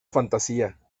fantasía